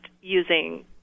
using